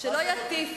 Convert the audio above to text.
בינתיים